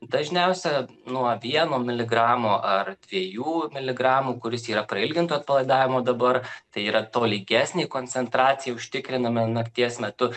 dažniausia nuo vieno miligramo ar dviejų miligramų kuris yra prailginto atpalaidavimo dabar tai yra tolygesnę koncentraciją užtikriname nakties metu